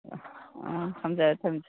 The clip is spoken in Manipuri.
ꯑꯥ ꯊꯝꯖꯔꯦ ꯊꯝꯖꯔꯦ